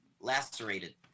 lacerated